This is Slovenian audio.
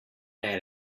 naj